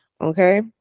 okay